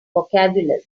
vocabulary